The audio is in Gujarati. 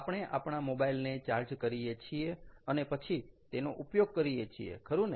આપણે આપણા મોબાઈલ ને ચાર્જ કરીએ છીએ અને પછી તેનો ઉપયોગ કરીએ છીએ ખરુ ને